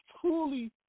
truly